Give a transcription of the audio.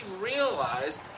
realize